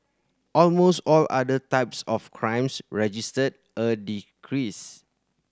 almost all other types of crimes registered a decrease